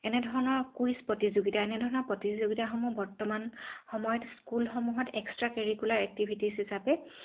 এনেধৰণৰ কুইজ প্ৰতিযোগিতা এনেধৰণৰ প্ৰতিযোগিতাসমূহ বৰ্তমান সময়ত স্কুলসমূহত এক্সট্ৰা কাৰিকুলাৰ এক্টিভিটিছ হিচাপে